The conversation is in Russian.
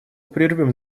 прервем